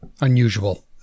unusual